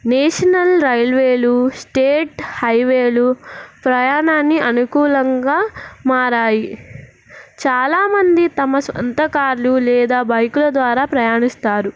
national రైల్వేలు state హైవేలు ప్రయాణాన్ని అనుకూలంగా మారాయి చాలామంది తమ సొంతకార్లు లేదా బైకుల ద్వారా ప్రయాణిస్తారు